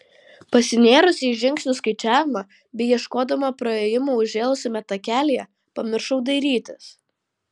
pasinėrusi į žingsnių skaičiavimą bei ieškodama praėjimo užžėlusiame takelyje pamiršau dairytis